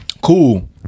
Cool